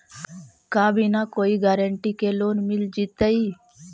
का बिना कोई गारंटी के लोन मिल जीईतै?